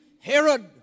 Herod